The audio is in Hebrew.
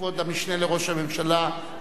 כבוד המשנה לראש הממשלה,